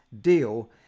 deal